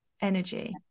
energy